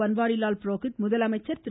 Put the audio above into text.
பன்வாரிலால் புரோஹித் முதலமைச்சர் திரு